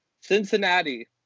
Cincinnati